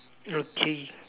okay